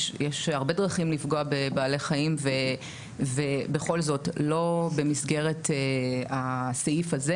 יש הרבה דרכים לפגוע בבעלי חיים ובכל זאת לא במסגרת הסעיף הזה,